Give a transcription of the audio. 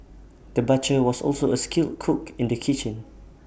the butcher was also A skilled cook in the kitchen